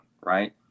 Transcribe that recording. Right